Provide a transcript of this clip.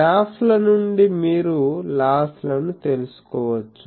గ్రాఫ్ల నుండి మీరు లాస్ లను తెలుసుకోవచ్చు